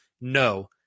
No